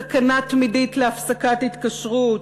סכנה תמידית להפסקת התקשרות.